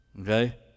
Okay